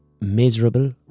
miserable